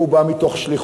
או שהוא בא מתוך שליחות